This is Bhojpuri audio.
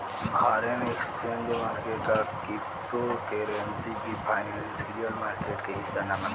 फॉरेन एक्सचेंज मार्केट आ क्रिप्टो करेंसी भी फाइनेंशियल मार्केट के हिस्सा मनाला